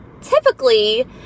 typically